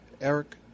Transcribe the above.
Eric